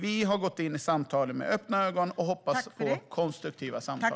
Vi har gått in i samtalen med öppna ögon och hoppas på konstruktiva samtal.